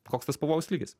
koks tas pavojaus lygis